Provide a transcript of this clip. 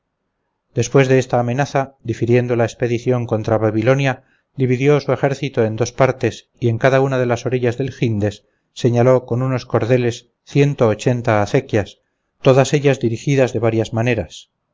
después de esta amenaza difiriendo la expedición contra babilonia dividió su ejército en dos partes y en cada una de las orillas del gyndes señaló con unos cordeles ciento ochenta acequias todas ellas dirigidas de varias maneras